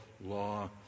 law